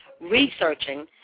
researching